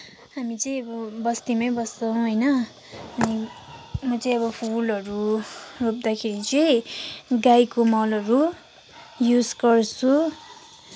हामी चाहिँ अब बस्तीमै बस्छौँ होइन अनि म चाहिँ अब फुलहरू रोप्दाखेरि चाहिँ गाईको मलहरू युज गर्छु